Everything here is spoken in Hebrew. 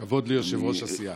כבוד ליושב-ראש הסיעה.